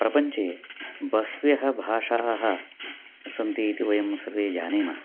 प्रपञ्चे बह्व्यः भाषाः सन्ति इति वयं सर्वे जानीमः